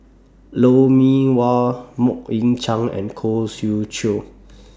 Lou Mee Wah Mok Ying Jang and Khoo Swee Chiow